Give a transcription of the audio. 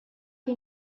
che